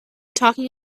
talking